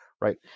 Right